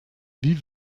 wie